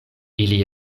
ili